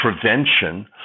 prevention